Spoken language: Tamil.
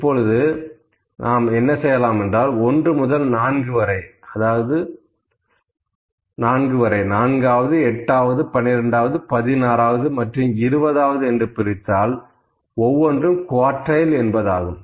இதில் 1 முதல் 4 வரை நான்காவது எட்டாவது பன்னிரண்டாவது பதினாறாவது மற்றும் இருபதாவது என்று பிரித்தால் ஒவ்வொன்றும் குவார்டைல் என்பதாகும்